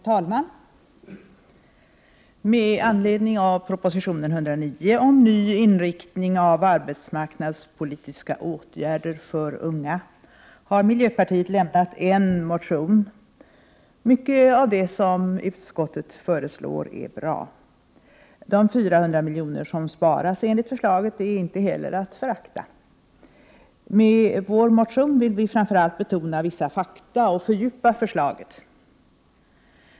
Herr talman! Med anledning av proposition 1988/89:109 om ny inriktning av arbetsmarknadspolitiska åtgärder för unga har miljöpartiet lämnat en motion. Mycket av det som utskottet föreslår är bra. De 400 milj.kr. som enligt förslaget sparas är inte heller att förakta. Med vår motion vill vi framför allt betona vissa fakta och fördjupa förslaget.